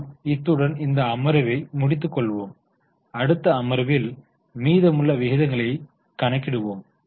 நாம் இத்துடன் இந்த அமர்வை முடித்து கொள்வோம் அடுத்த அமர்வில் மீதமுள்ள விகிதங்களை கணக்கிடுவோம்